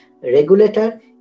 regulator